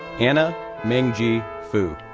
anna mengjie fu,